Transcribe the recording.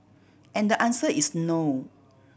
and the answer is no